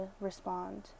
respond